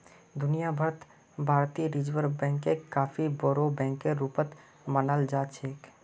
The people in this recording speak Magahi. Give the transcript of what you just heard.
दुनिया भर त भारतीय रिजर्ब बैंकक काफी बोरो बैकेर रूपत मानाल जा छेक